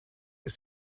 ist